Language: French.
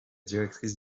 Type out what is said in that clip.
directrice